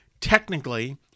technically